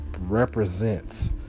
represents